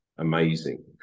Amazing